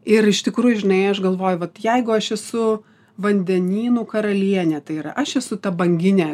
ir iš tikrųjų žinai aš galvoju vat jeigu aš esu vandenynų karalienė tai yra aš esu ta banginė